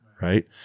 Right